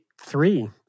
three